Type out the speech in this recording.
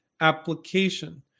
application